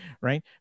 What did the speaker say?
Right